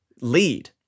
lead